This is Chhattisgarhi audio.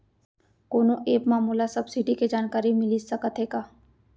कोनो एप मा मोला सब्सिडी के जानकारी मिलिस सकत हे का?